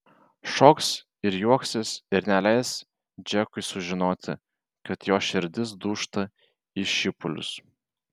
šoks ir juoksis ir neleis džekui sužinoti kad jos širdis dūžta į šipulius